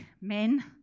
men